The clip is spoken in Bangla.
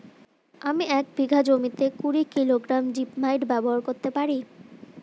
আমি এক বিঘা জমিতে কুড়ি কিলোগ্রাম জিপমাইট ব্যবহার করতে পারি?